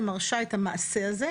שמרשה את המעשה הזה,